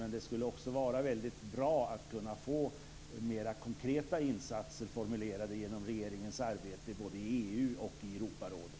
Men det skulle också vara väldigt bra att få mer konkreta insatser formulerade genom regeringens arbete både i EU och i Europarådet.